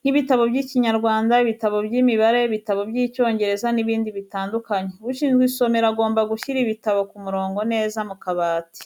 nk'ibitabo by'Ikinyarwanda, ibitabo by'imibare, ibitabo by'Icyongereza n'ibindi bitandukanye. Ushinzwe isomero agomba gushyira ibitabo ku murongo neza mu kabati.